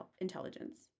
intelligence